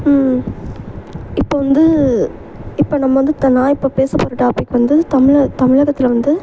இப்போ வந்து இப்போ நம்ம வந்து நான் இப்போ பேச போகிற டாபிக் வந்து தமிழ தமிழகத்தில் வந்து